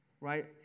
right